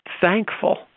thankful